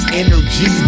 energy